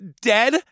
dead